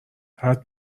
حدس